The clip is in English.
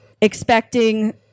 expecting